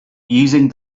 using